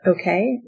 okay